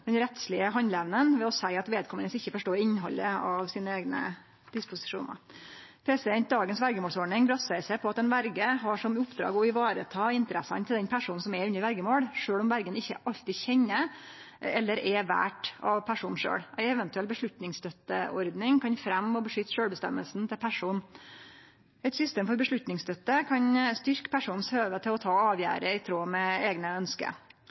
rettslege handleevna ved å seie at vedkomande ikkje forstår innhaldet av eigne disposisjonar. Dagens verjemålsordning baserer seg på at ei verje har som oppdrag å vareta interessene til den personen som er under verjemål, sjølv om verja ikkje alltid kjenner eller er vald av personen sjølv. Ei eventuell vedtaksstøtteordning kan fremje og beskytte sjølvbestemminga til personen. Eit system for vedtaksstøtte kan styrkje personens høve til å ta avgjerder i tråd med eigne ønske.